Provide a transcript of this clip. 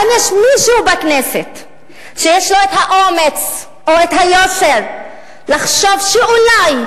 האם יש מישהו בכנסת שיש לו האומץ או היושר לחשוב שאולי,